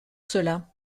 cela